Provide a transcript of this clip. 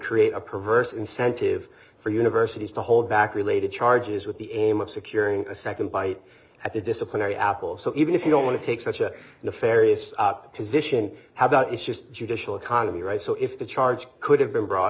create a perverse incentive for universities to hold back related charges with the aim of securing a second bite at the disciplinary apples so even if you don't want to take such a nefarious position how about it's just judicial economy right so if the charge could have been brought